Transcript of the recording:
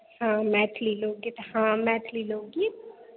हँ मैथिली लोकगीत हँ मैथिली लोकगीत